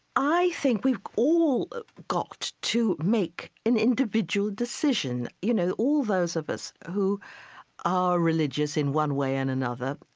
i think we've all got to make an individual decision, you know, all those of us who are religious in one way and another.